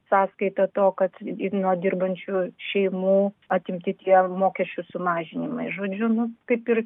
sąskaita to kad didino dirbančių šeimų atimti tiem mokesčius sumažinimai žodžiu nu kaip ir